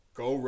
go